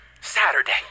Saturday